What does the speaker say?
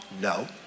No